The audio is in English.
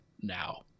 now